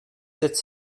sept